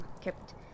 kept